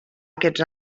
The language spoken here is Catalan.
aquests